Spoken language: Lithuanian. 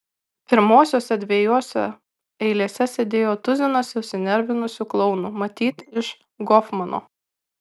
pirmosiose dviejose eilėse sėdėjo tuzinas susinervinusių klounų matyt iš gofmano